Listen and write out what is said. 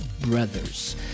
Brothers